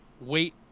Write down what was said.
wait